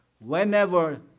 whenever